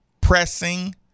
pressing